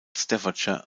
staffordshire